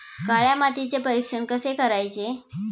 काळ्या मातीचे परीक्षण कसे करायचे?